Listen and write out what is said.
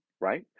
right